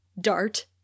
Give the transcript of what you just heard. dart